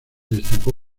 destacó